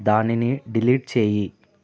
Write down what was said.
దానిని డిలీట్ చెయ్యి